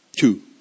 Two